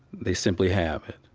they simply have it.